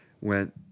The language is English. went